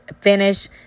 finish